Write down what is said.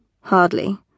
Hardly